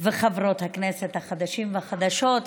וחברות הכנסת החדשים והחדשות.